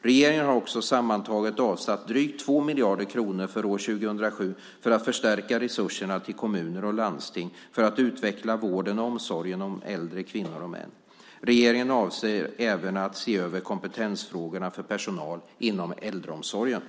Regeringen har också sammantaget avsatt drygt 2 miljarder kronor för år 2007 för att förstärka resurserna till kommuner och landsting för att utveckla vården och omsorgen om äldre kvinnor och män. Regeringen avser även att se över kompetensfrågorna för personal inom äldreomsorgen.